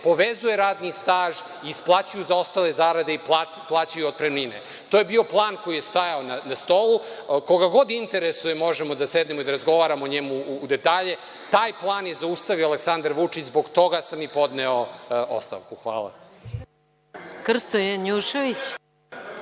povezuje radni staž, isplaćuju zaostale zarade i plate, plaćaju otpremnine. To je bio plan koji je stajao na stolu. Koga god interesuje, možemo da sednemo i da razgovaramo o njemu u detalje. Taj plan je zaustavio Aleksandar Vučić. Zbog toga sam i podneo ostavku. Hvala.